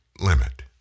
limit